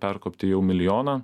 perkopti jau milijoną